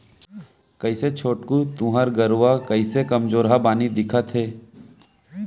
कइसे छोटकू तुँहर गरूवा कइसे कमजोरहा बानी दिखत हे